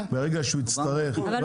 מהרגע שהוא יצטרך לחפש את המחירון,